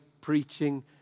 preaching